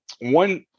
One